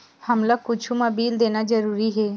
हमला कुछु मा बिल लेना जरूरी हे?